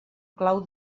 clau